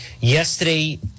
yesterday